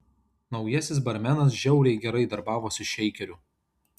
naujasis barmenas žiauriai gerai darbavosi šeikeriu